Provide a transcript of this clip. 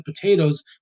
potatoes